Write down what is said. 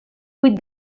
vuit